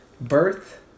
birth